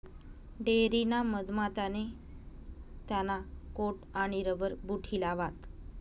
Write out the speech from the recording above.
dairy ना मधमा त्याने त्याना कोट आणि रबर बूट हिलावात